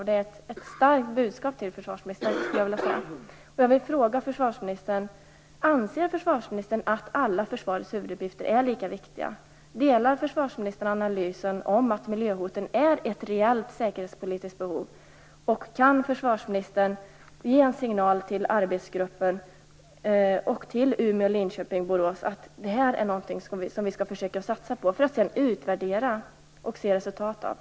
Det är ett starkt budskap till försvarsministern. Jag vill fråga försvarsministern: Anser försvarsministern att alla försvarets huvuduppgifter är lika viktiga? Delar försvarsministern analysen att miljöhoten är ett reellt säkerhetspolitiskt hot? Kan försvarsministern ge en signal till arbetsgrupper, till Umeå, Linköping och Borås, om att vi skall försöka satsa på det här, för att sedan utvärdera resultaten?